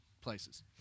places